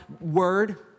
word